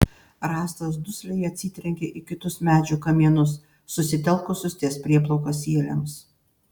rąstas dusliai atsitrenkė į kitus medžių kamienus susitelkusius ties prieplauka sieliams